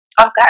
Okay